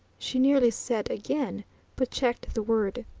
she nearly said again but checked the word.